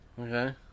Okay